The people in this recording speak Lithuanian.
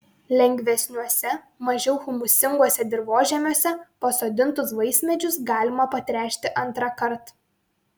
lengvesniuose mažiau humusinguose dirvožemiuose pasodintus vaismedžius galima patręšti antrąkart